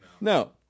no